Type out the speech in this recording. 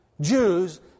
Jews